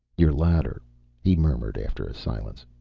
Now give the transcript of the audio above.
your ladder he murmured, after a silence.